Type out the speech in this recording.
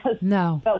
No